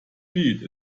need